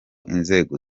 inzego